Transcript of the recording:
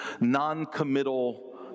non-committal